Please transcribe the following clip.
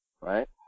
right